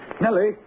Nellie